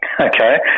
okay